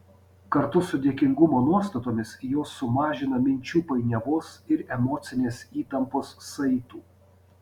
kartu su dėkingumo nuostatomis jos sumažina minčių painiavos ir emocinės įtampos saitų